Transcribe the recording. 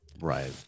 Right